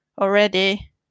already